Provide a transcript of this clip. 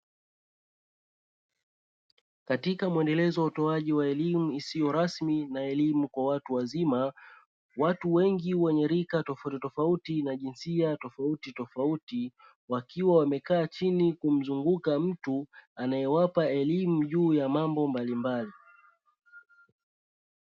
Katika muendelezo wa utoaji wa elimu isiyo rasmi na elimu kwa watu wazima, watu wengi wenye rika tofautitofauti na jinsia tofautitofauti, wakiwa wamekaa chini kumzunguka mtu anayewapa elimu juu ya mambo mbalimbali.